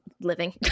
living